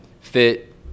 fit